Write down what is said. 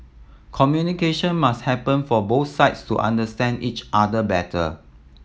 communication must happen for both sides to understand each other better